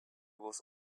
was